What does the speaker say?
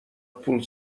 پول